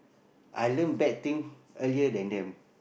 I learn bad thing earlier than them